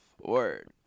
Word